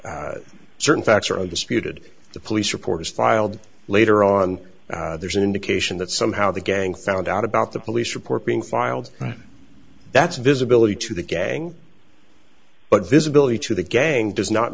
have certain facts are disputed the police report is filed later on there's an indication that somehow the gang found out about the police report being filed right that's visibility to the gang but visibility to the gang does not